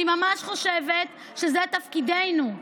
אני ממש אני חושבת שזה תפקידנו.